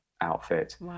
Outfit